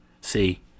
see